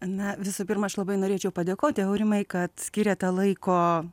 na visų pirma aš labai norėčiau padėkoti aurimai kad skiriate laiko